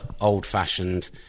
old-fashioned